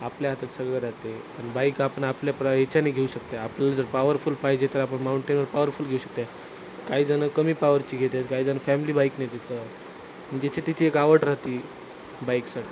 आपल्या हातात सगळं राहते पण बाईक आपण आपल्या प्र ह्याच्यानी घेऊ शकते आपल्याला जर पॉवरफुल पाहिजे तर आपण माऊंटेनवर पॉवरफुल घेऊ शकते काही जणं कमी पॉवरची घेते काही जणं फॅमिली बाईक नेतात मग ज्याची तिची एक आवड राहते बाईकसाठी